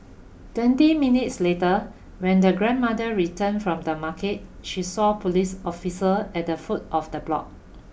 twenty minutes later when the grandmother returned from the market she saw police officer at the foot of the block